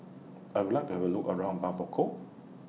I Would like to Have A Look around Bamako